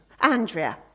Andrea